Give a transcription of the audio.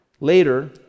Later